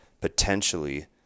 potentially